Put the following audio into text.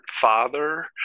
father